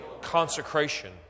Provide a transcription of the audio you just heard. Consecration